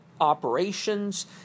operations